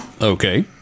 Okay